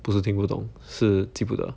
不是听不懂是记不得